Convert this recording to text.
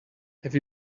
have